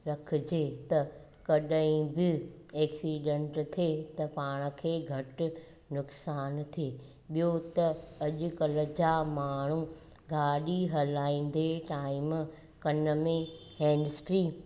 रखिजे त कॾहिं बि एक्सीडेंट थिए त पाण खे घटि नुक़सान थिए ॿियो त अॼुकल्ह जा माण्हू गाॾी हलाईंदे टाइम कन में हेंडस फ्री